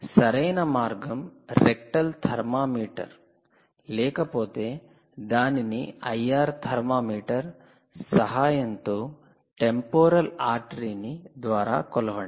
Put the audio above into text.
సరైన మార్గం rectal thermometer లేకపోతే దానిని ఐఆర్ IR థర్మామీటర్ సహాయంతో టెంపొరల్ ఆర్టరీ ని ద్వారా కొలవండి